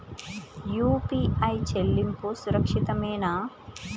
UPI చెల్లింపు సురక్షితమేనా?